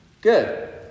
Good